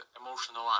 emotional